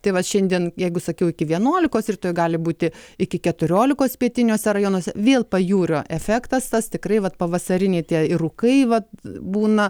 tai vat šiandien jeigu sakiau iki vienuolikos rytoj gali būti iki keturiolikos pietiniuose rajonuose vėl pajūrio efektas tas tikrai vat pavasariniai tie ir rūkai vat būna